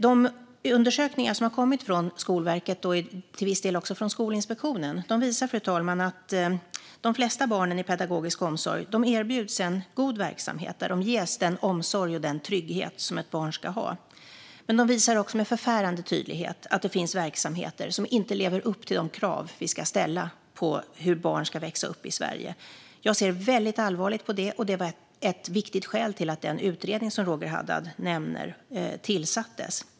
De undersökningar som har kommit från Skolverket och till viss del även från Skolinspektionen visar, fru talman, att de flesta barn i pedagogisk omsorg erbjuds en god verksamhet där de ges den omsorg och den trygghet som ett barn ska ha. Men de visar också med förfärande tydlighet att det finns verksamheter som inte lever upp till de krav vi ska ställa på hur barn ska växa upp i Sverige. Jag ser väldigt allvarligt på det, och det var ett viktigt skäl till att den utredning som Roger Haddad nämner tillsattes.